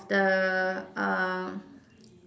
the um